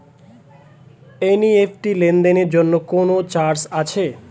NEFT লেনদেনের জন্য কোন চার্জ আছে?